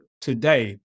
today